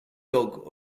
dog